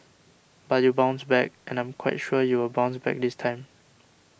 but you bounced back and I'm quite sure you will bounce back this time